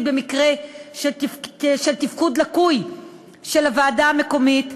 במקרה של תפקוד לקוי של הוועדה המקומית,